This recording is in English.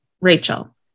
Rachel